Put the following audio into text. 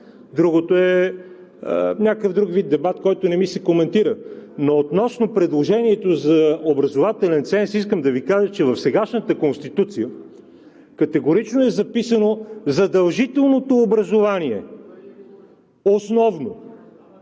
Другото е някакъв друг вид дебат, който не ми се коментира. Относно предложението за образователен ценз искам да Ви кажа, че в сегашната Конституция категорично е записано задължителното образование – основно.